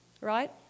right